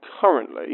currently